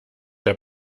der